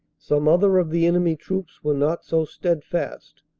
some other of the enemy troops were not so steadfast,